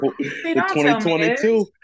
2022